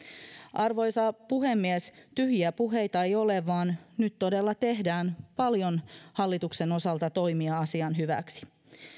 arvoisa puhemies tyhjiä puheita ei ole vaan nyt todella tehdään hallituksen osalta paljon toimia asian hyväksi